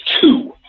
two